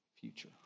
future